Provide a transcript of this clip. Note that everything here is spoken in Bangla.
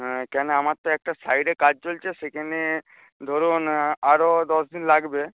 হ্যাঁ কেন আমার তো একটা সাইডে কাজ চলছে সেখানে ধরুন আরও দশ দিন লাগবে